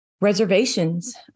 reservations